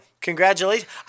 congratulations